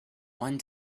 one